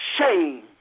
shame